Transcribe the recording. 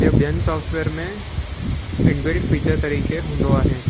इहे ॿियनि सॉफ्टवेअर में इनबिल्ड फ़ीचर तरीक़े हूंदो आहे